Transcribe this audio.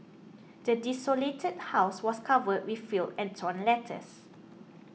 the desolated house was covered in filth and torn letters